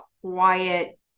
quiet